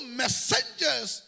messengers